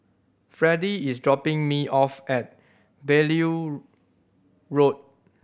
Freddy is dropping me off at Beaulieu Road